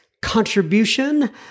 contribution